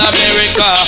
America